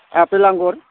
आफेल आंगुर